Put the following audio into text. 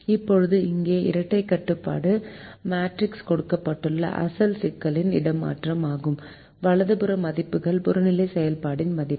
இப்போது இங்கே இரட்டைக் கட்டுப்பாட்டு மேட்ரிக்ஸ் கொடுக்கப்பட்ட அசல் சிக்கலின் இடமாற்றம் ஆகும் வலது புற மதிப்புகள் புறநிலை செயல்பாடு மதிப்பு